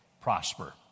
prosper